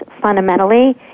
fundamentally